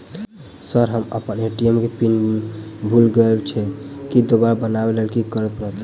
Sir हम अप्पन ATM केँ पिन भूल गेल छी दोबारा बनाबै लेल की करऽ परतै?